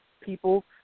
people